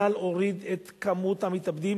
צה"ל הוריד את כמות המתאבדים